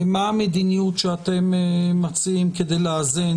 מה המדיניות שאתם מציעים כדי לאזן